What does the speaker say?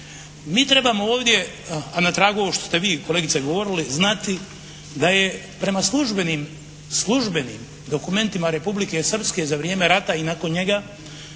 Mi trebamo ovdje a na tragu ovoga što ste vi kolegice govorili znati da je prema službenim dokumentima Republike Srpske za vrijeme rata i nakon njega